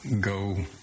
go